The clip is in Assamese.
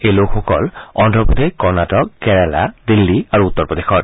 এই লোকসকল অদ্ধপ্ৰদেশ কণটিক কেৰালা দিল্লী আৰু উত্তৰপ্ৰদেশৰ